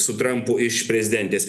su trampu iš prezidentės